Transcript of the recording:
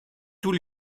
tous